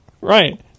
Right